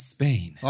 Spain